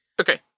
Okay